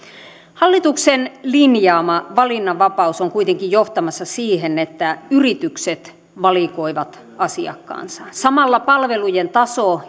hallituksen linjaama valinnanvapaus on kuitenkin johtamassa siihen että yritykset valikoivat asiakkaansa samalla palvelujen taso